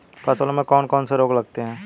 फसलों में कौन कौन से रोग लगते हैं?